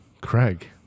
Craig